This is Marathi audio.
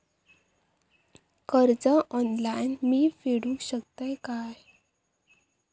कर्ज ऑनलाइन मी फेडूक शकतय काय?